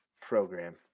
program